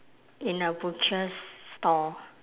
in a butcher's store